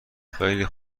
خیلی